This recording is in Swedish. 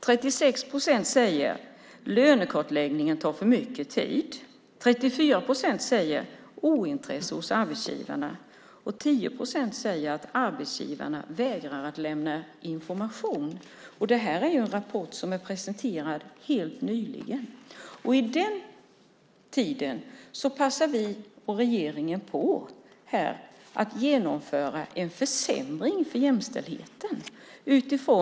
36 procent säger att lönekartläggningen tar för mycket tid. 34 procent talar om ett ointresse hos arbetsgivarna. 10 procent säger att arbetsgivarna vägrar att lämna information. Den här rapporten presenterades helt nyligen. Samtidigt passar vi här och regeringen på att genomföra en försämring för jämställdheten.